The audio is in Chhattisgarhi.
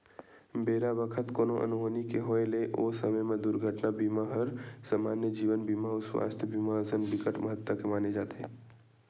बेरा बखत कोनो अनहोनी के होय ले ओ समे म दुरघटना बीमा हर समान्य जीवन बीमा अउ सुवास्थ बीमा असन बिकट महत्ता के माने जाथे